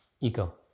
Ego